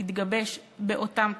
שיתגבש באותם תנאים.